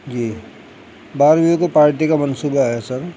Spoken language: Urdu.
جی بارھویں کو پارٹی کا منصوبہ ہے سر